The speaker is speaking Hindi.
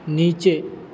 नीचे